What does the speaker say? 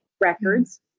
records